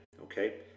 okay